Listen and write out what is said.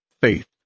faith